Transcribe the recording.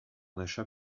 d’achat